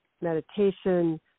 meditation